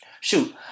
Shoot